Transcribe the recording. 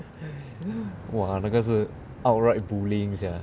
!wah! 那个是 outright bullying sia